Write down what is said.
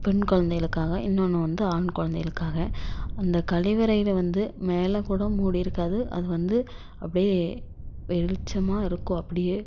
பெண் குழந்தைங்களுக்காக இன்னொன்று வந்து ஆண் குழந்தைங்களுக்காக அந்த கழிவறையில் வந்து மேலே கூட மூடி இருக்காது அது வந்து அப்படியே வெளிச்சமாக இருக்கும் அப்படியே